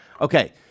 okay